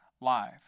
live